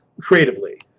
creatively